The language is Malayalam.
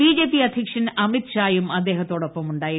ബിജെപി അധ്യക്ഷൻ അമിത് ഷാ യും അദ്ദേഹ ത്തോടൊപ്പം ഉണ്ടായിരുന്നു